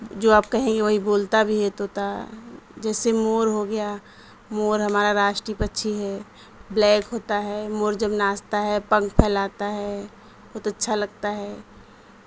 جو آپ کہیں گے وہی بولتا بھی ہے طوطا جیسے مور ہو گیا مور ہمارا راشٹریہ پکچھی ہے بلیک ہوتا ہے مور جب ناچتا ہے پنکھ پھیلاتا ہے بہت اچھا لگتا ہے